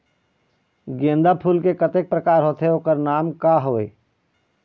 गेंदा फूल के कतेक प्रकार होथे ओकर नाम का हवे?